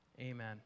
Amen